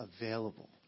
available